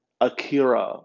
Akira